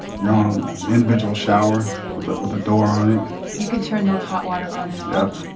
your own individual shower with ah with a door on it you can turn the hot water on and off?